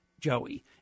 Joey